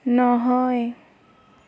নহয়